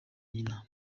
nyina